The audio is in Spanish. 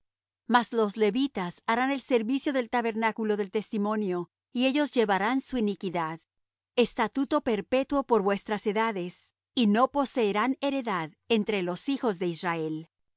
mas los levitas harán el servicio del tabernáculo del testimonio y ellos llevarán su iniquidad estatuto perpetuo por vuestras edades y no poseerán heredad entre los hijos de israel